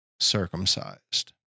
circumcised